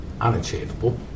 unachievable